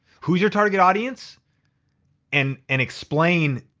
who's your target audience and and explain.